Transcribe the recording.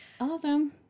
Awesome